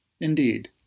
Indeed